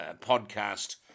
podcast